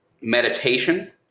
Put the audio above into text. Meditation